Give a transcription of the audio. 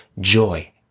joy